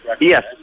Yes